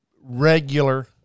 regular